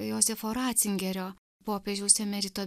jozefo ratzingerio popiežiaus emerito